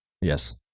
Yes